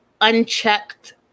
unchecked